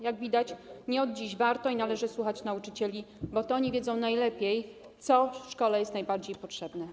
Jak widać, nie od dziś warto i należy słuchać nauczycieli, bo to oni wiedzą najlepiej, co jest najbardziej potrzebne